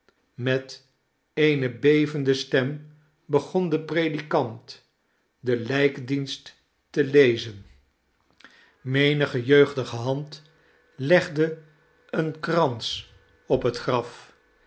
met eene bevende stem begon de predikant den lijkdienst te lezen menige jeugdige hand haar graf legde een krans op het graf